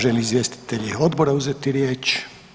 Žele li izvjestitelji odbora uzeti riječ?